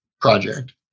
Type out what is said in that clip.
project